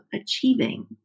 achieving